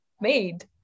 made